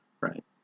Right